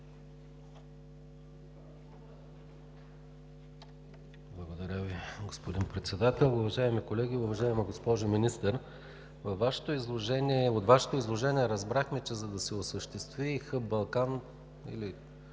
Благодаря Ви, господин Председател. Уважаеми колеги! Уважаема госпожо Министър, от Вашето изложение разбрахме, че, за да се осъществи хъб „Балкан“, или